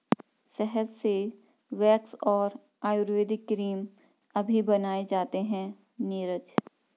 शहद से वैक्स और आयुर्वेदिक क्रीम अभी बनाए जाते हैं नीरज